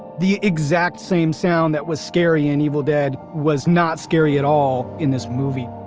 the exact same sound that was scary in evil dead was not scary at all in this movie